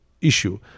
issue